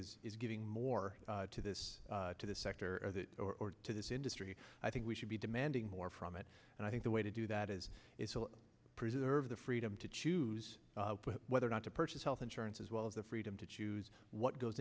is is giving more to this to the sector or to this industry i think we should be demanding more from it and i think the way to do that is preserve the freedom to choose whether or not to purchase health insurance as well as the freedom to choose what goes